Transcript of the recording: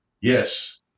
Yes